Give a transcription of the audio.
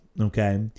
Okay